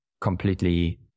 completely